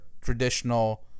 traditional